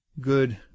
good